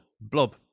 Blob